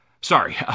sorry